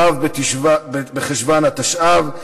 ו' בחשוון התשע"ו,